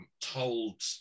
told